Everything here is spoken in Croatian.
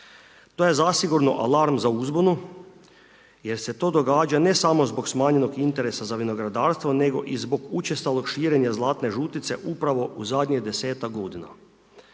To je zasigurno alarm za uzbunu, jer se to događa, ne samo zbog smanjenog interesa za vinogradarstvo, nego i zbog učestalog širenja zlatne žutice upravo zadnjih 10-tak g.